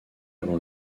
avant